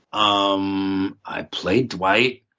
um, i play dwight.